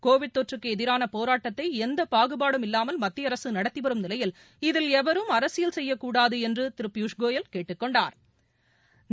Covid நோய் தொற்றுக்கு எதிரான போராட்டத்தை எந்த பாகுபாடும் இல்லாமல் மத்திய அரசு நடத்தி வரும் நிலையில் இதில் எவரும் அரசியல் செய்யக்கூடாது என்று திரு பியூஷ் கோயல் கேட்டுக் கொண்டாா்